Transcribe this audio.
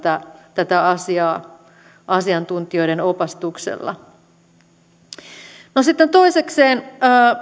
tätä asiaa asiantuntijoiden opastuksella sitten toisekseen